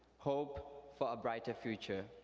hope for a brighter future.